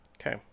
okay